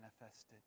manifested